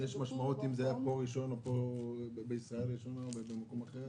האם יש משמעות אם זה היה בישראל ראשון או במקום אחר?